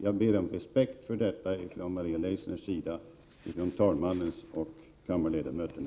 Jag ber om respekt för detta från Maria Leissner, från talmannen och från kammarledamöterna.